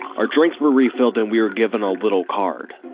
our drinks were refilled and we were given a little card.